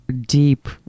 deep